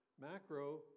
Macro